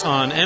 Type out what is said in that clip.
on